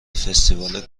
فستیوال